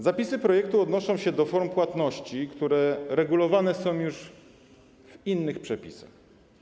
Zapisy projektu odnoszą się do form płatności, które regulowane są już w innych przepisach.